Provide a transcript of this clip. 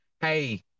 hey